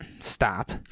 Stop